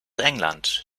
england